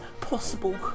possible